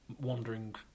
wandering